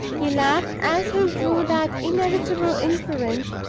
he laughed as he drew that inevitable inference,